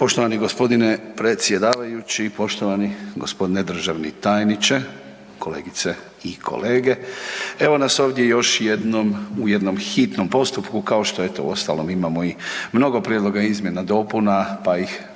Poštovani gospodine predsjedavajući, poštovani gospodine državni tajniče, kolegice i kolege. Evo nas ovdje još jednom u jednom hitnom postupku kao što eto uostalom imamo i mnogo prijedloga izmjena, dopuna pa ih po